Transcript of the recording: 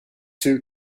two